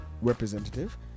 representative